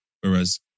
Whereas